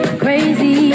crazy